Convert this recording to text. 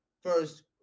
First